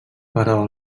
però